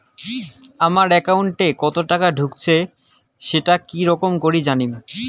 আমার একাউন্টে কতো টাকা ঢুকেছে সেটা কি রকম করি জানিম?